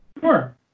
Sure